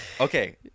okay